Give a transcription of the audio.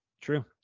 true